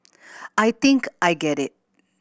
I think I get it